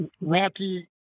rocky